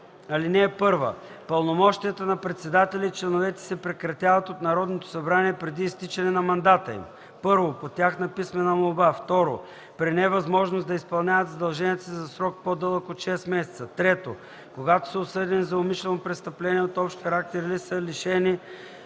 Чл. 8. (1) Пълномощията на председателя и членовете се прекратяват от Народното събрание преди изтичането на мандата им: 1. по тяхна писмена молба; 2. при невъзможност да изпълняват задълженията си за срок по-дълъг от 6 месеца; 3. когато са осъдени за умишлено престъпление от общ характер или са лишени